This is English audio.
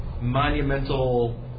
monumental